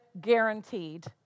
guaranteed